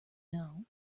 know